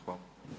Hvala.